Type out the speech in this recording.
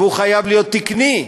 והוא חייב להיות תקני.